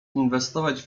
inwestować